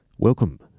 Welcome